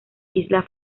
islas